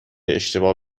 اشتباه